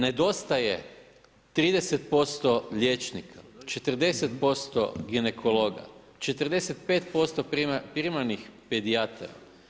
Nedostaje 30% liječnika, 40% ginekologa, 45% primarnih pedijatara.